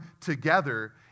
together